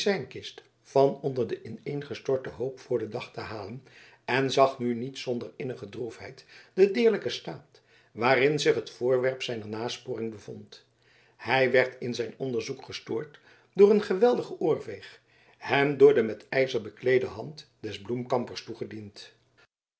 van onder den ineengestorten hoop voor den dag te halen en zag nu niet zonder innige droefheid den deerlijken staat waarin zich het voorwerp zijner nasporing bevond hij werd in zijn onderzoek gestoord door een geweldigen oorveeg hem door de met ijzer bekleede hand des bloemkampers toegediend